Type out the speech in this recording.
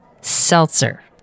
seltzer